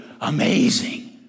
amazing